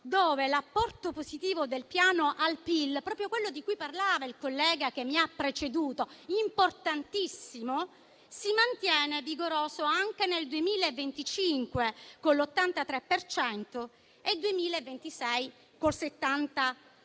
cui l'apporto positivo del piano al PIL, proprio quello di cui parlava il collega che mi ha preceduto, importantissimo, si mantiene vigoroso anche nel 2025, con l'83 per cento, e nel 2026, con il 73